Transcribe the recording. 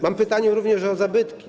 Mam pytanie również o zabytki.